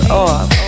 off